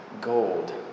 gold